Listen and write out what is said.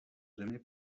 zemi